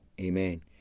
Amen